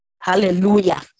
Hallelujah